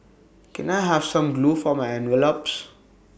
can I have some glue for my envelopes